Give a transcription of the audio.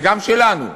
וגם שלנו,